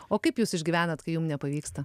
o kaip jūs išgyvenat kai jum nepavyksta